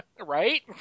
Right